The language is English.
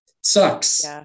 sucks